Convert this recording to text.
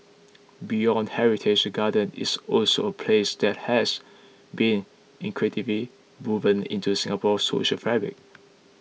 beyond heritage the gardens is also a place that has been intricately woven into Singapore's social fabric